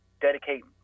dedicate